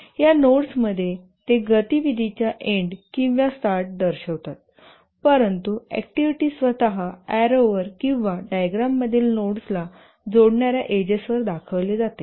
या नोड्समध्ये ते गतिविधीच्या एन्ड किंवा स्टार्ट दर्शवितात परंतु अॅक्टिव्हिटी स्वतः एरोवर किंवा डायग्राम मधील नोड्सला जोडणार्या एजेसवर दर्शविले जाते